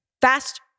fast